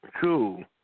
Cool